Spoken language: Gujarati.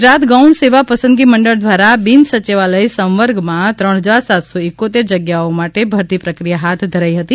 ગુજરાત ગૌણ સેવા પસંદગી મંડળ દ્વારા બિન સચિવાલય સંવર્ગમાં ત્રણ જજાર વિવિધ જગ્યાઓ માટે ભરતી પ્રક્રિયા હાથ ધરાઇ હતી